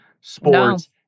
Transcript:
sports